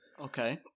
Okay